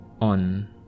on